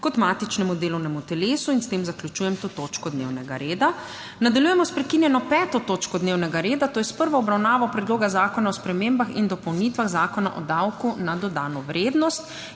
kot matičnemu delovnemu telesu. In s tem zaključujem to točko dnevnega reda. Nadaljujemo s **prekinjeno 7. točko dnevnega reda - Prva obravnava Predloga zakona o spremembah in dopolnitvah Zakona o davčnem potrjevanju